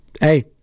hey